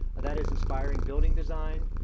that is inspiring building design,